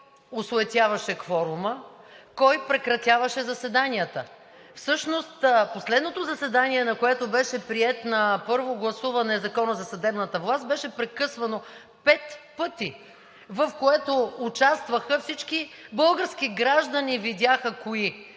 кой осуетяваше кворума, кой прекратяваше заседанията. Всъщност последното заседание, на което беше приет на първо гласуване Законът за съдебната власт, беше прекъсвано пет пъти, в което участваха, и всички български граждани видяха кои.